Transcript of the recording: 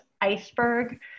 iceberg